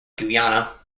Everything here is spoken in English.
guyana